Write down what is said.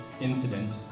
incident